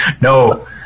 no